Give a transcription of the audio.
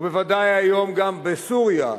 ובוודאי היום גם בסוריה,